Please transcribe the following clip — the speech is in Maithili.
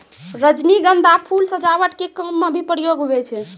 रजनीगंधा फूल सजावट के काम मे भी प्रयोग हुवै छै